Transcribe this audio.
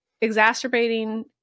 exacerbating